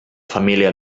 família